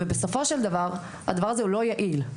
ובסופו של דבר זה לא יעיל,